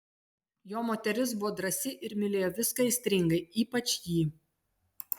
jo moteris buvo drąsi ir mylėjo viską aistringai ypač jį